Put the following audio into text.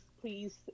please